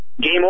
game